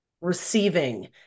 receiving